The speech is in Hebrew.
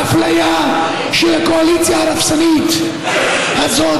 האפליה של הקואליציה ההרסנית הזאת,